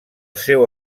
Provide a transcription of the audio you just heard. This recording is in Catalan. seu